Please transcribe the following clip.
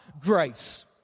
grace